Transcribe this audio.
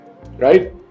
right